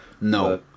No